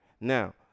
now